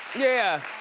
yeah.